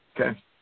Okay